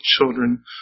children